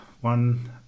one